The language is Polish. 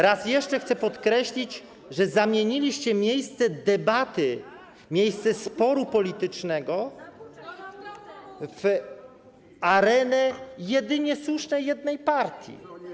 Raz jeszcze chcę podkreślić, że zamieniliście miejsce debaty, miejsce sporu politycznego w arenę jedynej słusznej partii.